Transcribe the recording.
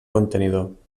contenidor